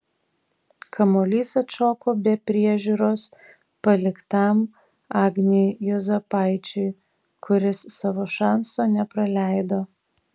kamuolys atšoko be priežiūros paliktam agniui juozapaičiui kuris savo šanso nepraleido